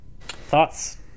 Thoughts